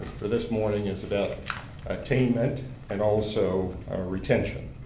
for this morning is about attainment and also retention.